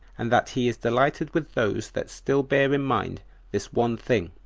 and that he is delighted with those that still bear in mind this one thing,